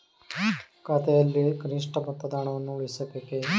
ಖಾತೆಯಲ್ಲಿ ಕನಿಷ್ಠ ಮೊತ್ತದ ಹಣವನ್ನು ಉಳಿಸಬೇಕೇ?